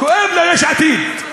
כואב ליש עתיד.